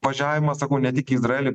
važiavimą sakau ne tik į izraelį